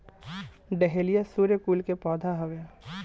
dahlia सूर्यकुल के पौधा हवे